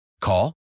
Call